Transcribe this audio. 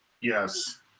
Yes